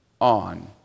on